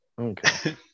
Okay